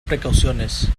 precauciones